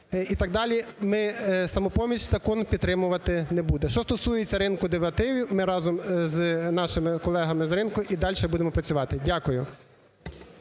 і так далі, "Самопоміч" закон підтримувати не буде. Що стосується ринку деривативів, ми разом з нашими колегами з ринку і дальше будемо працювати. Дякую.